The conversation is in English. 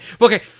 okay